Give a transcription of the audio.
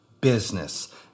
Business